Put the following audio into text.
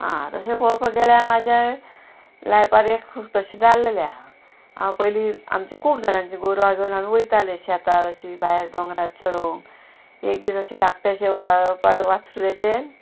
आं तशें पळोवपाक गेल्यार म्हाज्याय लायफान एक तशें जालेलें आहा हांव पयलीं आमचें खूब जाणांचीं गोरवां घेवन आमी वयतालीं शेतांत अशीं भायर दोंगराचो चरोंक एक दीस अशें धाकटेंशें वाटसूरें अशें